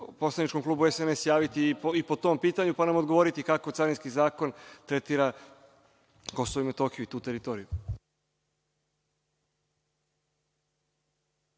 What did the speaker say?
poslaničkom klubu SNS javiti i po tom pitanju, pa nam odgovoriti kako carinski zakon tretira Kosovo i Metohiju i tu teritoriju.